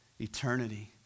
Eternity